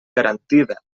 garantida